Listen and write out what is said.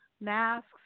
masks